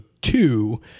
two